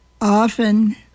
often